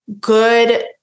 good